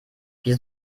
wir